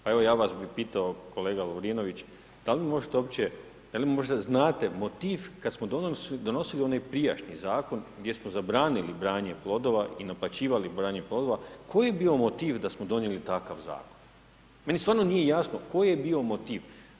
Pa evo bi vas pitao kolega Lovrinović da li možete uopće, da li možda znate motiv kad smo donosili onaj prijašnji zakon, gdje smo zabranili branje plodova i naplaćivali branje plodova koji je bio motiv da smo donijeli takav zakon, meni stvarno nije jasno koji je bio motiv.